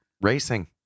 racing